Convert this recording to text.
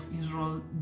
israel